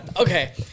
Okay